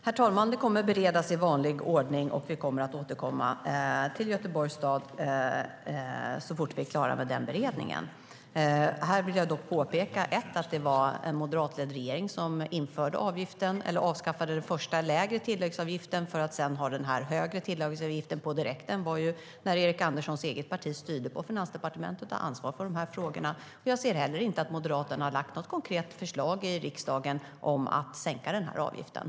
Herr talman! Frågan kommer att beredas i vanlig ordning, och vi återkommer till Göteborgs stad så fort vi är klara med den beredningen. Jag vill dock påpeka att det var en moderatledd regering som avskaffade den första lägre tilläggsavgiften, för att sedan ha den här högre tillläggsavgiften på direkten. Det var när Erik Anderssons eget parti styrde på Finansdepartementet och hade ansvar för de här frågorna. Jag ser heller inte att Moderaterna har lagt något konkret förslag i riksdagen om att sänka avgiften.